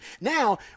Now